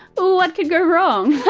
what could go wrong?